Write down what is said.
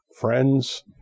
friends